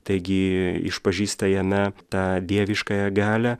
taigi išpažįsta jame tą dieviškąją galią